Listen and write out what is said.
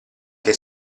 che